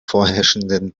vorherrschenden